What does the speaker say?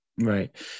Right